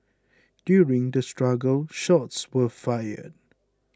during the struggle shots were fired